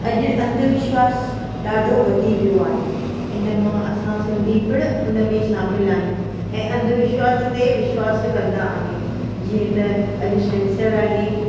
अॼु अंधविश्वासु ॾाढो वधी वियो आहे इन मां असां सिंधी पिणु उन में शामिल आहियूं ऐं अंधविश्वास ते विश्वासु कंदा आहियूं जीअं त अॼु छंछरु आहे